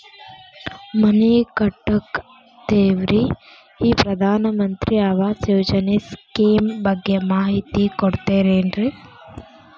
ಮನಿ ಕಟ್ಟಕತೇವಿ ರಿ ಈ ಪ್ರಧಾನ ಮಂತ್ರಿ ಆವಾಸ್ ಯೋಜನೆ ಸ್ಕೇಮ್ ಬಗ್ಗೆ ಮಾಹಿತಿ ಕೊಡ್ತೇರೆನ್ರಿ?